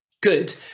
good